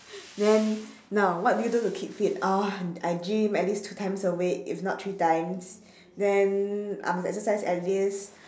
then now what do you do to keep fit oh I gym at least two times a week if not three times then I must exercise at least